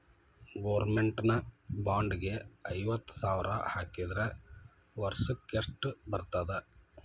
Government bond ಗೆ ಐವತ್ತ ಸಾವ್ರ್ ಹಾಕಿದ್ರ ವರ್ಷಕ್ಕೆಷ್ಟ್ ಬರ್ತದ?